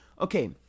Okay